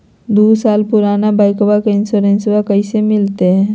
दू साल पुराना बाइकबा के इंसोरेंसबा कैसे मिलते?